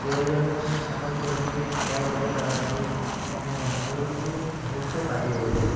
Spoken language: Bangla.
প্রয়োজনীয় সময়গুলোকে ব্যয় করে তারা তাদের ভালো কিছু মুহূর্ত কাটিয়ে ওঠে